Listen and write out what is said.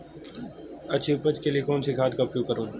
अच्छी उपज के लिए कौनसी खाद का उपयोग करूं?